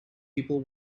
people